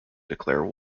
declare